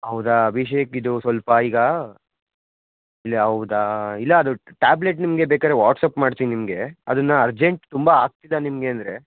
ಹೌದಾ ಅಭಿಷೇಕ್ ಇದು ಸ್ವಲ್ಪ ಈಗ ಇಲ್ಲ ಹೌದಾ ಇಲ್ಲಾ ಅದು ಟ್ಯಾಬ್ಲೆಟ್ ನಿಮಗೆ ಬೇಕಾದರೆ ವಾಟ್ಸ್ಆ್ಯಪ್ ಮಾಡ್ತೀನಿ ನಿಮಗೆ ಅದನ್ನು ಅರ್ಜೆಂಟ್ ತುಂಬ ಆಗ್ತಿಲ್ಲ ನಿಮಗೆ ಅಂದರೆ